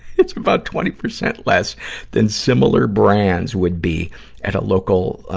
it's about twenty percent less than similar brands would be at a local, ah,